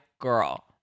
girl